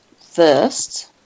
first